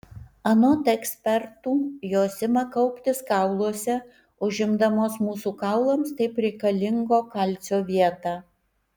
anot ekspertų jos ima kauptis kauluose užimdamos mūsų kaulams taip reikalingo kalcio vietą